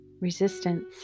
resistance